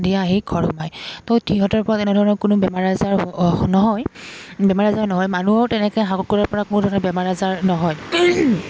সন্ধিয়া আহি ঘৰ সোমাই তো সিহঁতৰপৰা এনেধৰণৰ কোনো বেমাৰ আজাৰ নহয় বেমাৰ আজাৰ নহয় মানুহও তেনেকৈ হাঁহ কুকুৰাৰপৰা কোনো ধৰণৰ বেমাৰ আজাৰ নহয়